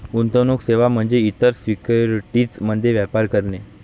गुंतवणूक सेवा म्हणजे इतर सिक्युरिटीज मध्ये व्यापार करणे